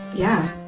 yeah.